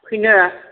फैनो